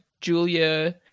julia